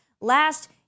Last